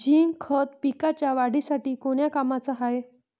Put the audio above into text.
Zinc खत पिकाच्या वाढीसाठी कोन्या कामाचं हाये?